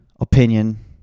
opinion